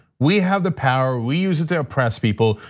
we have the power, we use it to oppress people.